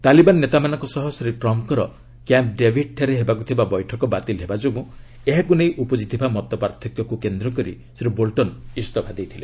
ତାଲିବାନ୍ ନେତାମାନଙ୍କ ସହ ଶ୍ରୀ ଟ୍ରମ୍ଫ୍କର କ୍ୟାମ୍ପ୍ ଡାଭିଡ୍ଠାରେ ହେବାକୁ ଥିବା ବୈଠକ ବାତିଲ୍ ହେବା ଯୋଗୁଁ ଏହାକୁ ନେଇ ଉପୁଜିଥିବା ମତପାର୍ଥକ୍ୟକୁ କେନ୍ଦ୍ର କରି ଶ୍ରୀ ବୋଲ୍ଟନ୍ ଇସ୍ତଫା ଦେଇଛନ୍ତି